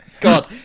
God